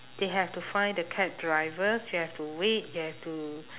they have to find the cab drivers you have to wait you have to